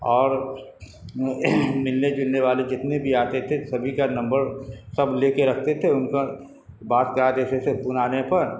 اور ملنے جلنے والے جتنے بھی آتے تھے سبھی کا نمبر سب لے کے رکھتے تھے ان کا بات کراتے تھے فون آنے پر